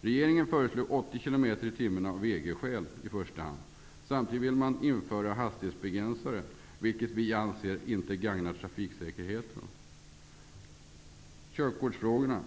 Regeringen föreslog 80 km i timmen, i första hand av EG-skäl. Samtidigt vill man införa hastighetsbegränsare, vilket vi inte anser gagnar trafiksäkerheten. Körkortsfrågorna.